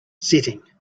setting